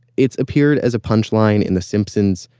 it's appeared as a punchline in the simpsons,